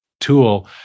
tool